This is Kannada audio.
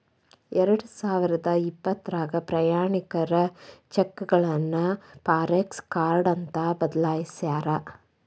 ಎರಡಸಾವಿರದ ಇಪ್ಪತ್ರಾಗ ಪ್ರಯಾಣಿಕರ ಚೆಕ್ಗಳನ್ನ ಫಾರೆಕ್ಸ ಕಾರ್ಡ್ ಅಂತ ಬದಲಾಯ್ಸ್ಯಾರ